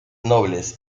nobles